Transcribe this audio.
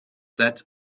set